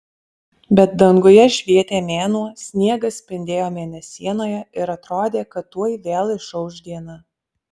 bet danguje švietė mėnuo sniegas spindėjo mėnesienoje ir atrodė kad tuoj vėl išauš diena